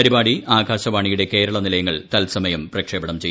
പരിപാടി ആക്ടിശവാണിയുടെ കേരള നിലയങ്ങൾ തത്സമയം പ്രക്ഷേപണം ച്ചെയ്യും